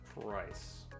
price